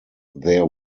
there